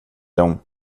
dem